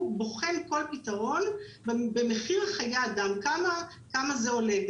הוא בוחן כל פתרון במחיר חיי אדם, כמה זה עולה.